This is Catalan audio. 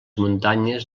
muntanyes